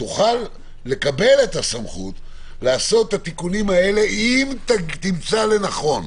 תוכל לקבל את הסמכות לעשות את התיקונים האלה אם תמצא לנכון,